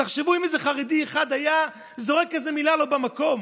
תחשבו אם איזה חרדי אחד היה זורק איזה מילה לא במקום,